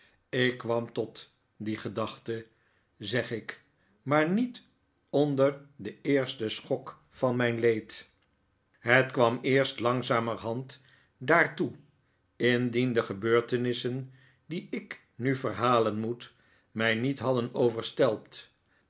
ik kwam tot die gedachte zeg ik maar niet onder den eersten schok van mijn leed het kwam eerst langzamerhand daartoe indien de gebeurtenissen die ik nu verhalen moet mij niet hadden overstelpt